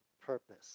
purpose